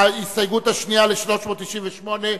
ההסתייגות השנייה ל-398,